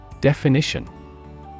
Definition